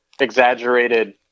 exaggerated